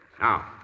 now